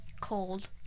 Cold